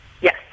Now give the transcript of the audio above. Yes